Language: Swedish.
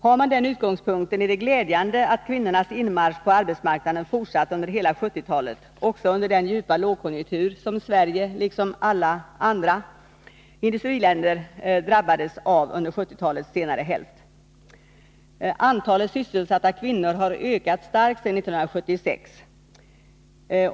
Har man den utgångspunkten finner man det även glädjande att kvinnornas inmarsch på arbetsmarknaden fortsatt under hela 1970-talet, också under den djupa lågkonjunktur som Sverige, liksom alla andra industriländer, drabbades av under 1970-talets senare hälft. Antalet sysselsatta kvinnor har ökat starkt sedan 1976.